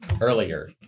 earlier